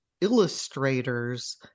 illustrators